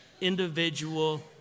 individual